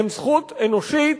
הם זכות אנושית,